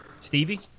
Stevie